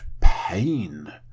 pain